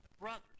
brothers